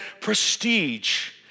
prestige